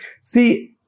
See